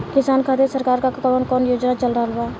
किसान खातिर सरकार क कवन कवन योजना चल रहल बा?